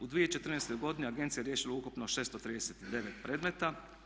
U 2014. godini agencija je riješila ukupno 639 predmeta.